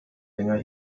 länger